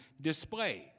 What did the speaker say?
displays